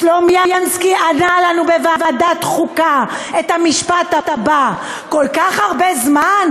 סלומינסקי ענה לנו בוועדת חוקה את המשפט הבא: כל כך הרבה זמן?